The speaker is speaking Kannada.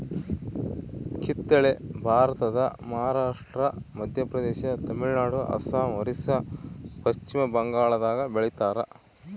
ಕಿತ್ತಳೆ ಭಾರತದ ಮಹಾರಾಷ್ಟ್ರ ಮಧ್ಯಪ್ರದೇಶ ತಮಿಳುನಾಡು ಅಸ್ಸಾಂ ಒರಿಸ್ಸಾ ಪಚ್ಚಿಮಬಂಗಾಳದಾಗ ಬೆಳಿತಾರ